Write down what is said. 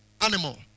animal